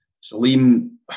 Salim